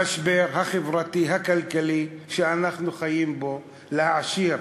המשבר החברתי הכלכלי שאנחנו חיים בו, להעשיר